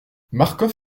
marcof